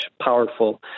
powerful